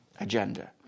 agenda